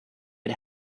had